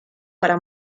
para